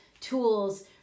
tools